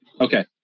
Okay